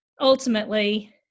ultimately